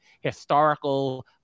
historical